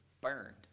burned